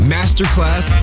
Masterclass